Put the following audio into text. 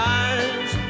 eyes